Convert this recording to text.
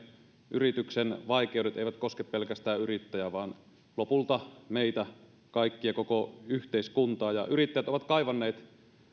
yrityksen vaikeudet eivät koske pelkästään yrittäjää vaan lopulta meitä kaikkia koko yhteiskuntaa yrittäjät ovat kaivanneet